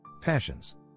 Passions